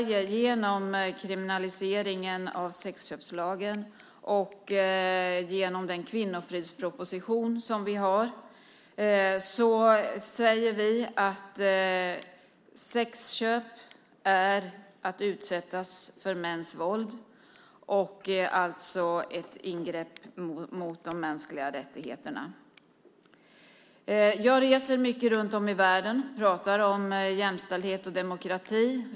Genom kriminaliseringen av sexköp och genom den kvinnofridsproposition som vi har säger vi i Sverige att sexköp innebär att man utsätts för mäns våld. Det är alltså ett angrepp på de mänskliga rättigheterna. Jag reser mycket runt om i världen och pratar om jämställdhet och demokrati.